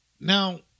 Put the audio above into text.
now